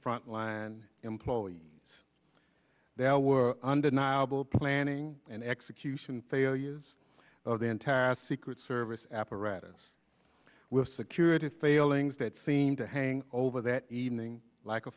front line employees they all were undeniable planning and execution failures of the entire secret service apparatus with security failings that seemed to hang over that evening like a